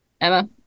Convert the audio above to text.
Emma